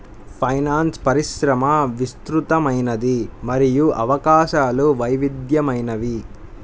finance పరిశ్రమ విస్తృతమైనది మరియు అవకాశాలు వైవిధ్యమైనవి